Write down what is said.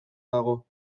dago